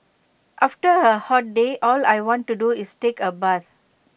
after A hot day all I want to do is take A bath